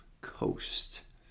coast